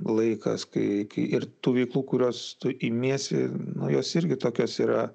laikas kai kai ir tų veiklų kurios tu imiesi nu jos irgi tokios yra